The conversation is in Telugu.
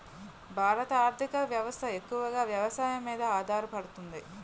భారత ఆర్థిక వ్యవస్థ ఎక్కువగా వ్యవసాయం మీద ఆధారపడుతుంది